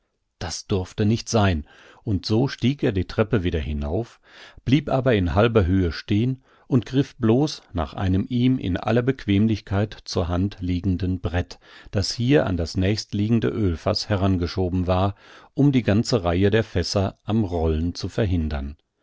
das durfte nicht sein und so stieg er die treppe wieder hinauf blieb aber in halber höhe stehn und griff blos nach einem ihm in aller bequemlichkeit zur hand liegenden brett das hier an das nächstliegende ölfaß herangeschoben war um die ganze reihe der fässer am rollen zu verhindern